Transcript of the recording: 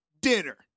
dinner